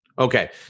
Okay